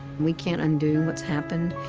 we can't undo what's happened,